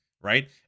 right